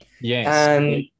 Yes